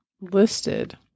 listed